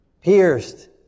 pierced